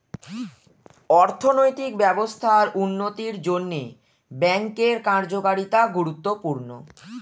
অর্থনৈতিক ব্যবস্থার উন্নতির জন্যে ব্যাঙ্কের কার্যকারিতা গুরুত্বপূর্ণ